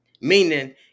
Meaning